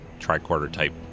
tricorder-type